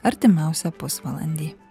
artimiausią pusvalandį